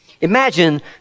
Imagine